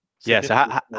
Yes